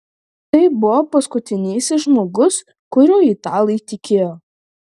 tai buvo paskutinysis žmogus kuriuo italai tikėjo